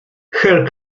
her